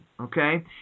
okay